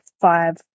five